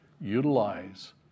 utilize